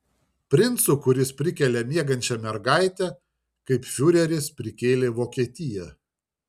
princu kuris prikelia miegančią mergaitę kaip fiureris prikėlė vokietiją